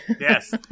Yes